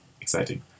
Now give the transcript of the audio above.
Exciting